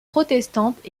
protestantes